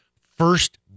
first-